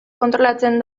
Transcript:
kontrolatzen